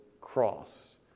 cross